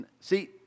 See